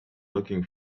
looking